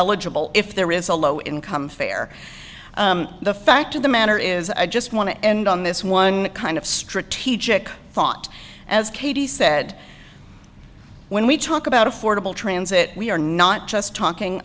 eligible if there is a low income fare the fact of the matter is i just want to end on this one kind of strategic thought as katie said when we talk about affordable transit we're not just talking